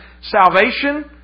salvation